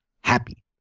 happy